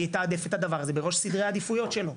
ויתעדף את הדבר הזה בראש סדרי העדיפויות שלו.